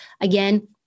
Again